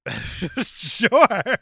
Sure